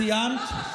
סיימת?